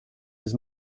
his